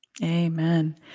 Amen